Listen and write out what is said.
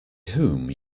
whom